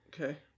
okay